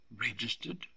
registered